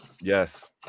Yes